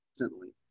instantly